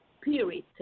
spirit